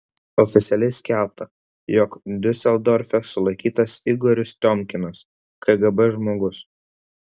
oficialiai skelbta jog diuseldorfe sulaikytas igoris tiomkinas kgb žmogus